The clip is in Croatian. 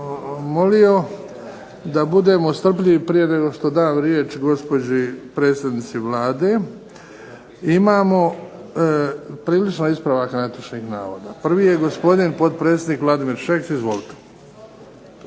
molio da budemo strpljivi prije nego što dam riječ gospođi predsjednici Vlade. Imamo prilično ispravaka netočnih navoda. Prvi je gospodin potpredsjednik Vladimir Šeks. Izvolite.